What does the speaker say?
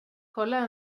kolla